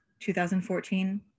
2014